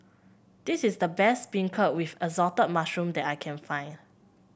this is the best beancurd with assorted mushroom that I can find